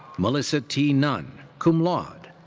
melissa t. nunn, cum laude.